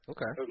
Okay